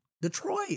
Detroit